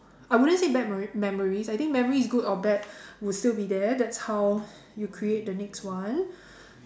I wouldn't say bad memori~ memories I think memories good or bad would still be there that's how you create the next one